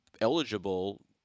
eligible